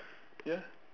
ya